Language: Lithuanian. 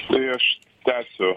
tai aš tęsiu